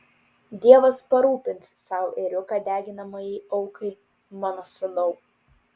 dievas parūpins sau ėriuką deginamajai aukai mano sūnau